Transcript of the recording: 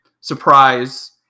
surprise